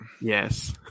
Yes